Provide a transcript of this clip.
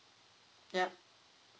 yup